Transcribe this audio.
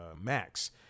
Max